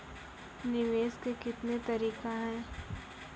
निवेश के कितने तरीका हैं?